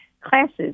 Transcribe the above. classes